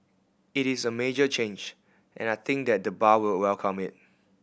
it is a major change and I think that the bar will welcome it